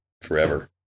forever